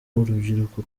urubyiruko